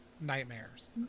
nightmares